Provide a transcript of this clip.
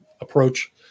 approach